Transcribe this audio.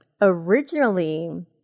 Originally